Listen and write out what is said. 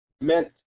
meant